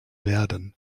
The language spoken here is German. werden